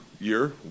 year